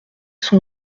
son